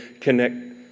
connect